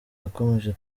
yakomeje